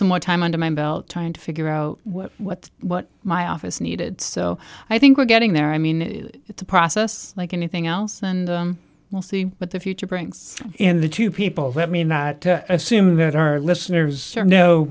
some more time under my belt trying to figure out what what my office needed so i think we're getting there i mean it's a process like anything else and we'll see but the future brings in the two people that mean that assuming that our listeners know